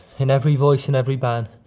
in every voice in every ban,